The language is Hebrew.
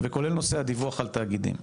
וכולל נושא הדיווח על תאגידים.